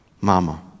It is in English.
Mama